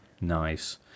nice